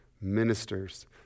ministers